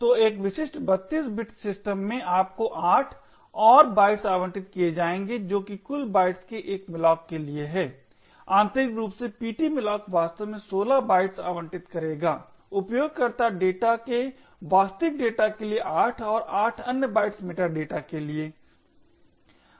तो एक विशिष्ट 32 बिट सिस्टम में आपको 8 और बाइट्स आवंटित किए जाएंगे जो कि कुल 8 बाइट्स के एक malloc के लिए हैं आंतरिक रूप से ptmalloc वास्तव में 16 बाइट्स आवंटित करेगा उपयोगकर्ता डेटा के वास्तविक डेटा के लिए 8 और 8 अन्य बाइट्स मेटा डेटा के लिए